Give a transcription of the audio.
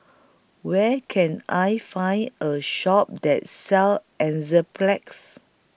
Where Can I Find A Shop that sells Enzyplex